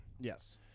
Yes